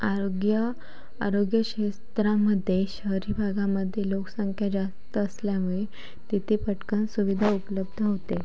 आरोग्य आरोग्य क्षेत्रामध्ये शहरी भागामध्ये लोकसंख्या जास्त असल्यामुळे तिथे पटकन सुविधा उपलब्ध होते